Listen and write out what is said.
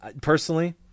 Personally